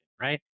right